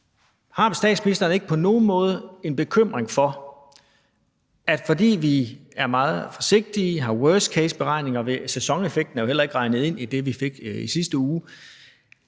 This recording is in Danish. Har statsministeren ikke på nogen måde en bekymring for, at det, fordi vi er meget forsigtige, har worst case-beregninger – og sæsoneffekten jo heller ikke regnet ind i det, vi fik i sidste uge